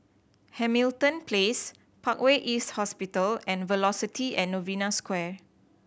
Hamilton Place Parkway East Hospital and Velocity and Novena Square